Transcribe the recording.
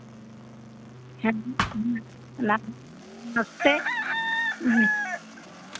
हाँ जी हाँ नम नमस्ते